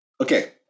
Okay